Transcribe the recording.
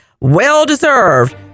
well-deserved